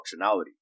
functionality